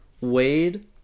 Wade